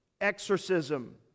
Exorcism